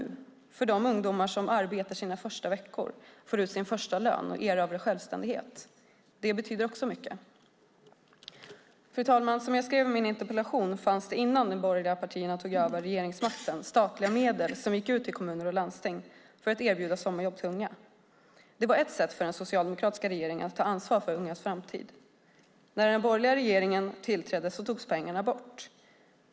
Det betyder också mycket för de ungdomar som arbetar sina första veckor, får ut sin första lön och erövrar självständighet. Fru talman! Som jag skrev i min interpellation fanns det innan de borgerliga partierna tog över regeringsmakten statliga medel som gick ut till kommuner och landsting för att erbjuda sommarjobb till unga. Det var ett sätt för den socialdemokratiska regeringen att ta ansvar för ungas framtid. När den borgerliga regeringen tillträdde togs pengarna bort.